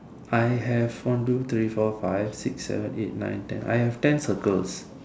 I have one two three four five six seven eight nine ten I have ten circles